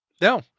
No